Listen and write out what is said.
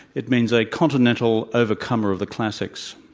it means a continental overcomer of the classics.